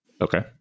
Okay